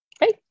right